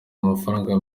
amafaranga